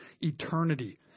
eternity